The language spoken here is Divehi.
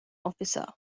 އޮފިސަރ